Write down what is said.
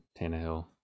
Tannehill